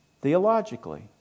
theologically